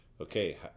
okay